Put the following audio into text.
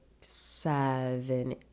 seven